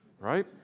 right